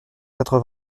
quatre